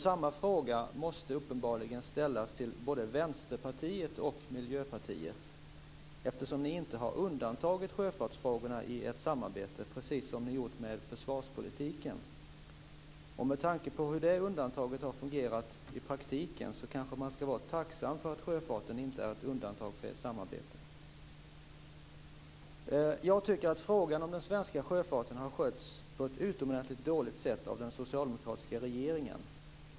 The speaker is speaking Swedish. Samma fråga måste uppenbarligen ställas till både Vänsterpartiet och Miljöpartiet, eftersom ni inte har undantagit sjöfartsfrågorna i ert samarbete - som ni har gjort med försvarspolitiken. Med tanke på hur det undantaget har fungerat i praktiken, kanske man skall vara tacksam för att sjöfarten inte är undantagen från ert samarbete. Frågan om den svenska sjöfarten har skötts på ett utomordentligt dåligt sätt av den socialdemokratiska regeringen.